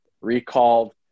recalled